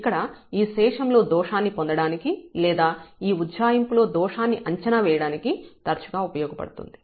ఇక్కడ ఈ శేషం లో దోషాన్ని పొందడానికి లేదా ఈ ఉజ్జాయింపులో దోషాన్ని అంచనా వేయడానికి తరచుగా ఉపయోగపడుతుంది